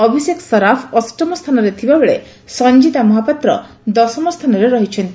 ଅଭିଷେକ ସରାଫ ଅଷ୍ଟମ ସ୍ରାନରେ ଥିବାବେଳେ ସଞ୍ଞିତା ମହାପାତ୍ର ଦଶମ ସ୍ସାନରେ ରହିଛନ୍ତି